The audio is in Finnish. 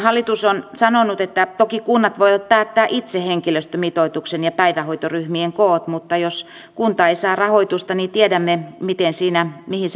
hallitus on sanonut että toki kunnat voivat itse päättää henkilöstömitoituksen ja päivähoitoryhmien koot mutta jos kunta ei saa rahoitusta niin tiedämme mihin se usein johtaa